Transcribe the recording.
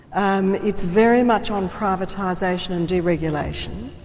um it's very much on privatisation and deregulation.